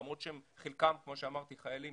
למרות, שחלקם, כמו שאמרתי, חיילים